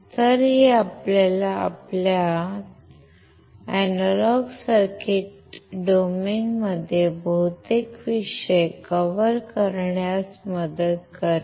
तर हे आपल्याला आपल्या अॅनालॉग सर्किट डोमेनमध्ये बहुतेक विषय कव्हर करण्यात मदत करेल